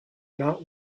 not